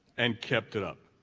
and kept it up.